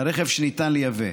לרכב שניתן לייבא.